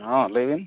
ᱦᱮᱸ ᱞᱟᱭ ᱵᱤᱱ